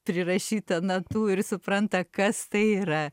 prirašytą natų ir supranta kas tai yra